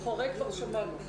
הורה כבר שמענו.